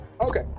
Okay